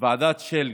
ועדת שלגי,